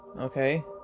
Okay